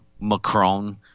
Macron